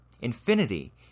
Infinity